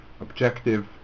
objective